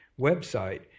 website